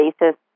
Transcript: basis